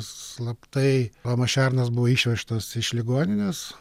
slaptai tomas šernas buvo išvežtas iš ligoninės